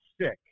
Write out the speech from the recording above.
sick